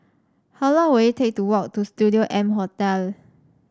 how long will it take to walk to Studio M Hotel